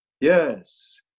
yes